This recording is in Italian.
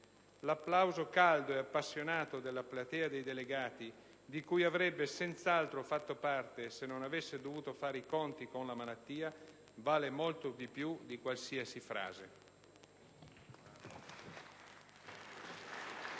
L'applauso caldo ed appassionato della platea dei delegati, di cui avrebbe senz'altro fatto parte se non avesse dovuto fare i conti con la malattia, vale molto più di qualsiasi frase.